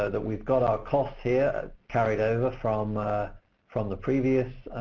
ah that we've got our costs here carried over from from the previous